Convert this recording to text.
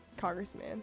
Congressman